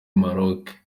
maroke